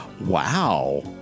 Wow